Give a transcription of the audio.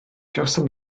gawsom